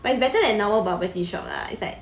but it's better than normal bubble tea shop lah it's like